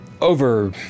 over